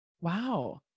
Wow